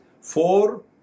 four